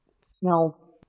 smell